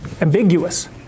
ambiguous